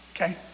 Okay